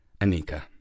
Anika